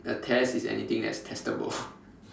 a test is anything that's testable